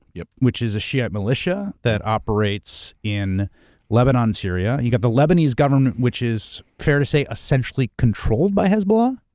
yup. which is a shiite militia that operates in lebanon, syria. you've got the lebanese government which is, fair to say, essentially controlled by hezbollah?